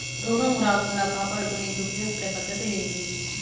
రోగం రాకుండా కాపాడుకునేకి ఉపయోగపడే పద్ధతులు ఏవి?